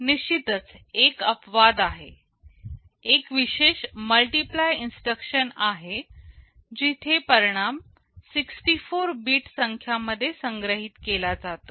निश्चितच एक अपवाद आहे एक विशेष मल्टिप्लाय इन्स्ट्रक्शन आहे जिथे परिणाम 64 बीट संख्या मध्ये संग्रहित केला जातो